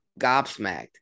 gobsmacked